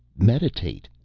meditate.